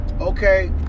okay